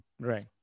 Right